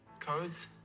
Codes